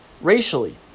racially